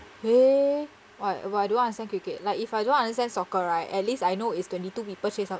eh but but I don't understand cricket like if I don't understand soccer right at least I know it's twenty two people chase some